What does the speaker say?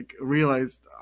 realized